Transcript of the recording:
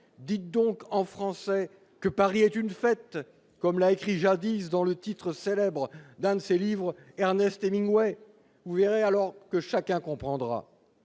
dites donc en français que « Paris est une fête », comme l'a jadis écrit- c'est le titre célèbre de l'un de ses livres -Ernest Hemingway. Vous verrez alors que chacun comprendra